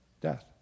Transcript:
death